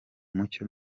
mucyo